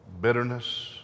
bitterness